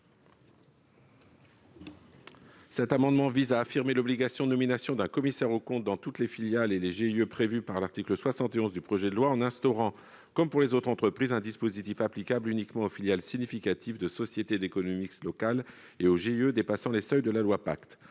Cet amendement vise à imposer la nomination d'un commissaire aux comptes dans toutes les filiales et les groupements d'intérêt économique, en instaurant, comme pour les autres entreprises, un dispositif applicable uniquement aux filiales significatives de sociétés d'économie mixte locales et aux GIE dépassant les seuils de la loi Pacte.